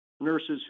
nurses